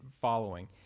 following